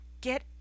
Get